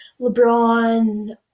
LeBron